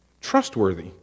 trustworthy